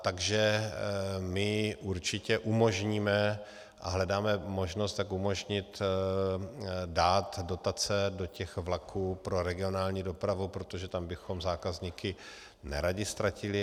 Takže my určitě umožníme, hledáme možnost, jak umožnit dát dotace do těch vlaků pro regionální dopravu, protože tam bychom zákazníky neradi ztratili.